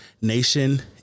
nation